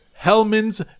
Hellman's